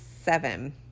seven